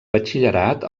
batxillerat